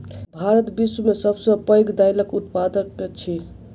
भारत विश्व में सब सॅ पैघ दाइलक उत्पादक अछि